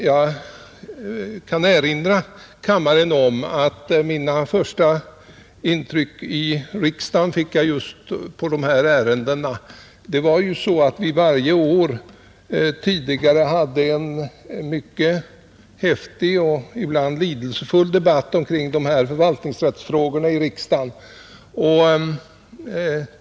Jag kan erinra kammaren om att mina första erfarenheter och intryck i riksdagen fick jag just vid behandlingen av dessa ärenden. Varje år hade vi en mycket häftig och ibland lidelsefull debatt omkring dessa förvaltningsrättsfrågor.